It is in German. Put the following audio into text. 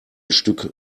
stück